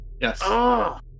Yes